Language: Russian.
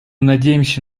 надеемся